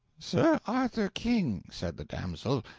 sir arthur king, said the damsel,